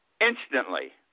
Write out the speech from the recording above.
instantly